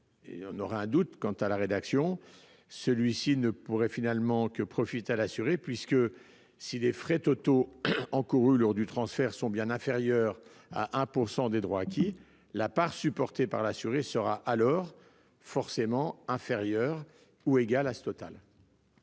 on aura un doute quant à la rédaction. Celui-ci ne pourrait finalement que profite à l'assuré puisque si les frais totaux encourus lors du transfert sont bien inférieurs à 1% des droits acquis, la part supportée par l'assuré sera alors forcément inférieure ou égale à ce total.